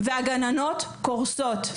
והגננות קורסות.